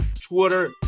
Twitter